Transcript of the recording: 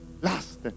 last